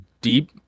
deep